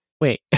Wait